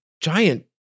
giant